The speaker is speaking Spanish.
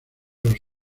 los